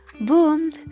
Boom